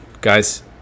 guys